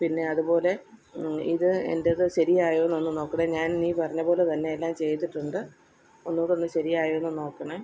പിന്നെ അതുപോലെ ഇത് എന്റേത് ശരിയായോ എന്നൊന്ന് നോക്കണേ ഞാൻ നീ പറഞ്ഞപോലെ തന്നെ എല്ലാം ചെയ്തിട്ടുണ്ട് ഒന്നും കൂടെ ഒന്ന് ശരിയായോ എന്ന് നോക്കണേ